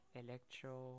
electro